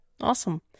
Awesome